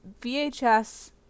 VHS